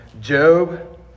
Job